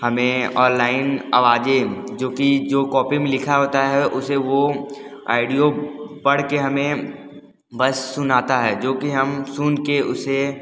हमें ऑनलाइन आवाजें जो कि जो कॉपी में लिखा होता है उसे वो आइडियो पढ़ के हमें बस सुनाता है जो कि हम सुन के उसे